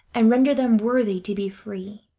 and render them worthy to be free.